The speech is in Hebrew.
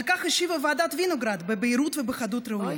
על כך השיבה ועדת וינוגרד בבהירות ובחדות ראויה.